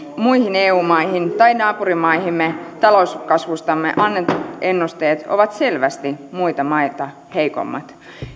muihin eu maihin tai naapurimaihimme talouskasvustamme annetut ennusteet ovat selvästi muita maita heikommat